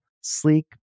sleek